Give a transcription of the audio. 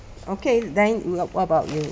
okay then wh~ what about you